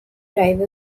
drive